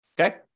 okay